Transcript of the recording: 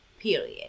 period